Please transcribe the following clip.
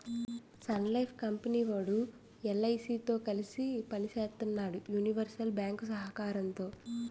Sun Life company వోడు LIC తో కలిసి పని సేత్తన్నాడు యూనివర్సల్ బ్యేంకు సహకారంతో